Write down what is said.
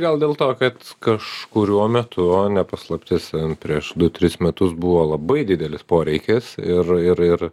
gal dėl to kad kažkuriuo metu ne paslaptis ten prieš du tris metus buvo labai didelis poreikis ir ir ir